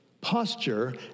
Posture